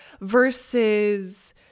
versus